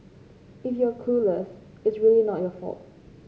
if you're clueless it's really not your fault